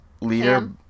leader